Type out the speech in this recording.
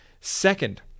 Second